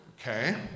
Okay